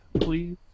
please